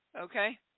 okay